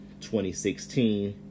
2016